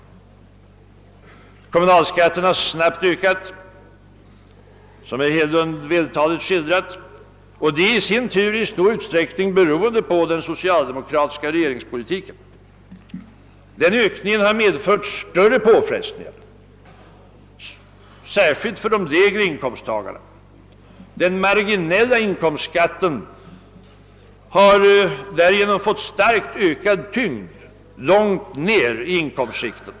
Kommunalskatten har snabbt ökat — något som herr Hedlund vältaligt skildrat — och detta har i sin tur i stor utsträckning berott på den socialdemokratiska regeringspolitiken. Denna ökning har medfört större påfrestningar särskilt för de lägre inkomsttagarna. Den marginella inkomstskatten har bl.a. därigenom fått starkt ökad tyngd långt ner i inkomstskikten.